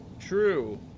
True